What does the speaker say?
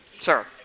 Sir